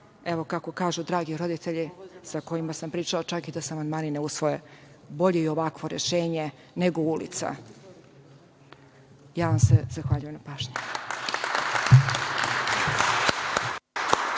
evo, kako kažu dragi roditelji sa kojima sam pričala, čak i da se amandmani ne usvoje, bolje je i ovakvo rešenje, nego ulica. Ja vam se zahvaljujem na pažnji.